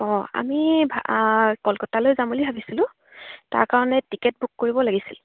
অঁ আমি কলকাতালৈ যাম বুলি ভাবিছিলোঁ তাৰ কাৰণে টিকেট বুক কৰিব লাগিছিল